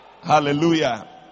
Hallelujah